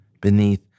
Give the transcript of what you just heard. beneath